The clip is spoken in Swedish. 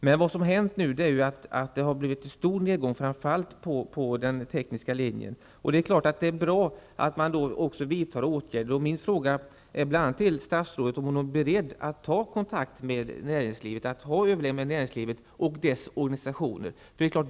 Men vad som nu hänt är att det har skett en stor nedgång framför allt när det gäller den tekniska linjen. Det är bra att man då vidtar åtgärder. Jag vill fråga om statsrådet är beredd att ta kontakt med näringslivet och föra överläggningar med näringslivet och dess organisationer.